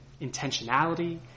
intentionality